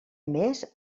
més